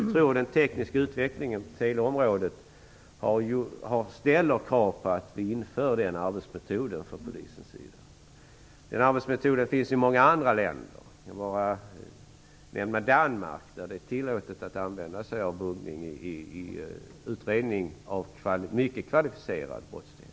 Jag tror att den tekniska utvecklingen på teleområdet ställer krav på att vi inför den arbetsmetoden för Polisen. Denna arbetsmetod finns i många andra länder. Jag kan bara nämna Danmark, där det är tillåtet att använda buggning i utredning av mycket kvalificerad brottslighet.